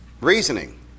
reasoning